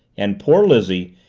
and poor lizzie,